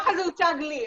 ככה זה הוצג לי.